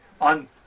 on